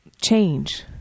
change